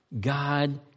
God